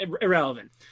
Irrelevant